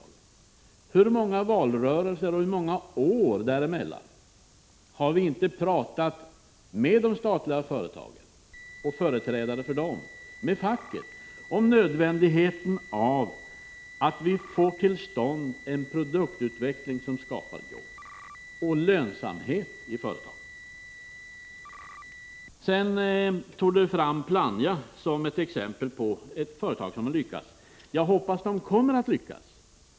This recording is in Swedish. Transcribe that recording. Under hur många valrörelser och under hur många år däremellan har vi inte pratat med företrädare för de statliga företagen, med facket, om nödvändigheten av att få till stånd en produktutveckling som skapar jobb och lönsamhet i företagen? Sten-Ove Sundström anförde Plannja som exempel på ett företag som har lyckats. Jag hoppas att det kommer att lyckas.